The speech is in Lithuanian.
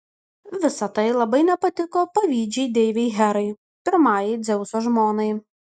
visa tai labai nepatiko pavydžiai deivei herai pirmajai dzeuso žmonai